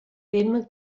bum